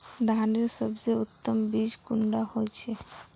धानेर सबसे उत्तम बीज कुंडा होचए?